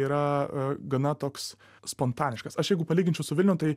yra gana toks spontaniškas aš jeigu palyginčiau su vilnium tai